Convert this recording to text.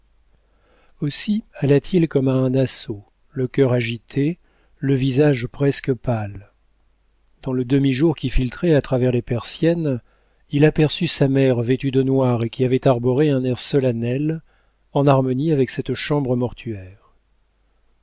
aussi allait-il comme à un assaut le cœur agité le visage presque pâle dans le demi-jour qui filtrait à travers les persiennes il aperçut sa mère vêtue de noir et qui avait arboré un air solennel en harmonie avec cette chambre mortuaire